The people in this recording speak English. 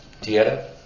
tierra